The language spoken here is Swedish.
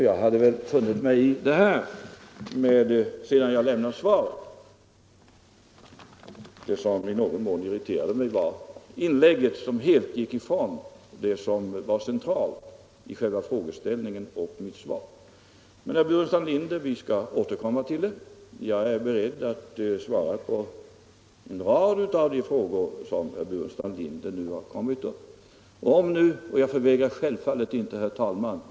Jag hade väl funnit mig i det här, sedan jag lämnat svaret, men det som i någon mån irriterade mig var att herr Burenstam Linders inlägg helt gick ifrån det som var centralt i själva frågeställningen och i mitt svar. Men, herr Burenstam Linder, vi skall återkomma till det här. Jag är beredd att svara på en rad av de frågor som herr Burenstam Linder nu har kommit med — och jag förvägrar honom självfallet inte att fråga.